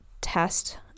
test